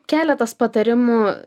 keletas patarimų